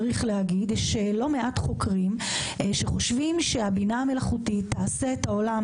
צריך להגיד שלא מעט חוקרים חושבים שהבינה המלאכותית תעשה את העולם